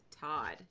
Todd